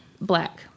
black